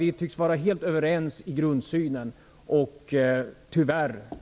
Vi tycks vara helt överens i grundsynen.